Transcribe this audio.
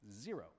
Zero